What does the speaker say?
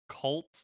cult